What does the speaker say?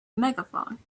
megaphone